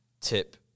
tip